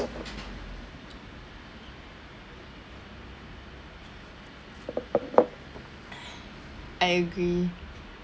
I agree